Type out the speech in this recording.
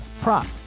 prop